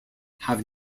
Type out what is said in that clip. have